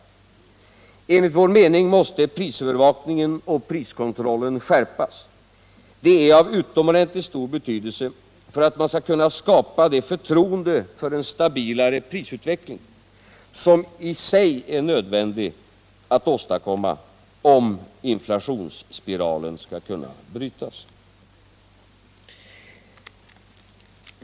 Enligt Finansdebatt Finansdebatt vår mening måste prisövervakningen och priskontrollen skärpas. Detta är av utomordentligt stor betydelse för att man skall kunna skapa det förtroende för en stabilare prisutveckling som i sig är nödvändigt att åstadkomma, om inflationsspiralen skall kunna brytas.